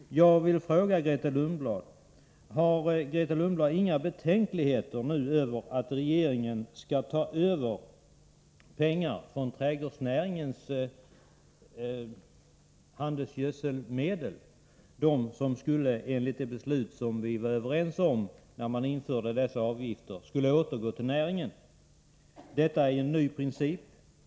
Jag vill fråga Grethe Lundblad: Har Grethe Lundblad inga betänkligheter mot att regeringen nu skall ta över pengar, handelsgödselavgifter, avsedda att återbördas till trädgårdsnäringen? Enligt det beslut som vi var överens om när vi införde dessa avgifter skulle pengarna återgå till näringen. Nu vill man införa en ny princip.